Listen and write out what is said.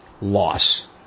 loss